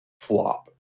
flop